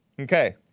Okay